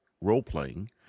role-playing